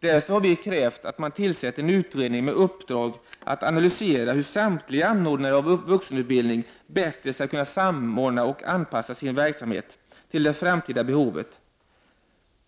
Därför har vi krävt att man tillsätter en utredning med uppdrag att analysera hur samtliga anordnare av vuxenutbildning bättre skall kunna samordna och anpassa sin verksamhet till det framtida behovet.